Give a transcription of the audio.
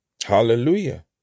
Hallelujah